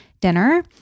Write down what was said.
dinner